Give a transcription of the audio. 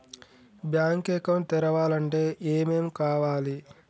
Bank account తెరవాలంటే ఏమేం కావాలి?